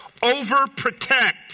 overprotect